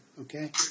okay